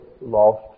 lost